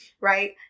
right